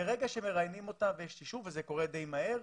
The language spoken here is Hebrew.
מרגע שמראיינים אותם ויש אישור, וזה קורה די מהר,